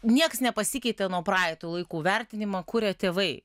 nieks nepasikeitė nuo praeitų laikų vertinimą kuria tėvai